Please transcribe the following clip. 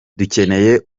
dukeneye